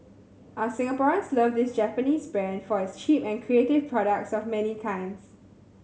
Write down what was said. our Singaporeans love this Japanese brand for its cheap and creative products of many kinds